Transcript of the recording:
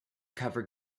cover